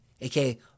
aka